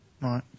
Right